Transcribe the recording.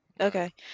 Okay